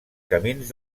camins